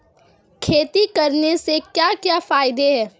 खेती करने से क्या क्या फायदे हैं?